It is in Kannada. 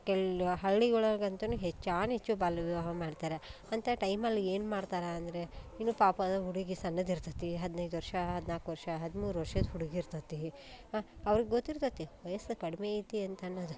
ಕೆಲವು ಹಳ್ಳಿಗಳಾಗಂತೂನು ಹೆಚ್ಚಾನುಹೆಚ್ಚು ಬಾಲ್ಯವಿವಾಹ ಮಾಡ್ತಾರ ಅಂಥ ಟೈಮಲ್ಲಿ ಏನು ಮಾಡ್ತಾರ ಅಂದರೆ ಇನ್ನೂ ಪಾಪದ ಹುಡುಗಿ ಸಣ್ಣದ್ ಇರ್ತೈತಿ ಹದಿನೈದು ವರ್ಷ ಹದಿನಾಲ್ಕು ವರ್ಷ ಹದಿಮೂರು ವರ್ಷದ ಹುಡುಗಿ ಇರ್ತೈತಿ ಅವ್ರಿಗೆ ಗೊತ್ತಿರ್ತೈತಿ ವಯಸ್ಸು ಕಡಿಮೆ ಐತಿ ಅಂತ ಅನ್ನೋದು